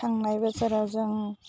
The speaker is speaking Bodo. थांनाय बोसोराव जों